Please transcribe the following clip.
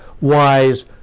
wise